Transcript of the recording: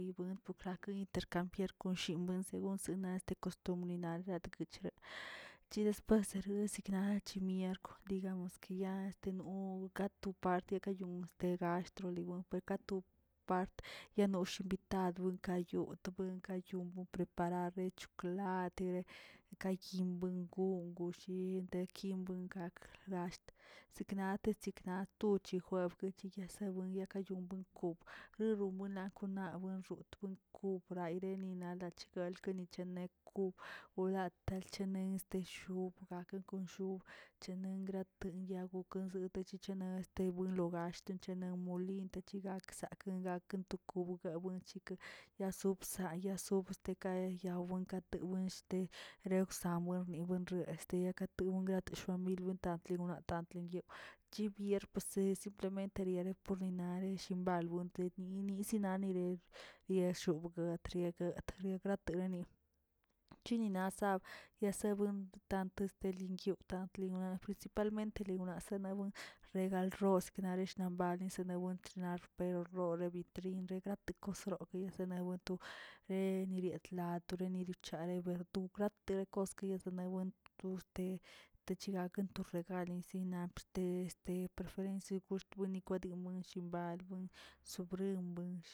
Buen pokrani rampier kon shin naꞌ según sena este kstomnina este che después sina naꞌ che mierkw digamos este que yano ka to part kakayun gashtroliwen per kato yanos invitad buin ka yoto bonkayon preparar ka chikolatere ka yinꞌ bombon che te kyinbom gaa galasht kante sikna tu chib juebki yasabuen yakayun lerombuin nakonu la buen xtobu kubrayle nina lakch gnayle kenicha ne ku bolal tache este shoub aken kon shub chen grate yobu bonzete tachichon aste buen logar tanchene molin tachigak sakꞌ gaken to kogaa tachiguen yasubsu yasub este yakaye wenkate wen lewsane robuen ye este yakatun yaka shaldin byendad yelo nantantni yaa chi byern pusi simplemente yare porni naꞌ e shimbalbun de yisni shinalene yebshu gatreert atere gatrart kininabsa yasabuen rtante tebun yobtantlinina principalmente liona tanabuen legal rosk sekna exyembani lewen chrnalə pero rorebi trin regatu osroke seyaku yawotu lenieretla aterinabicha yonu to plat terekoski sere sebuen toste techegaken tor raren sina et este diference fort mikodimash balden sobrin buensh.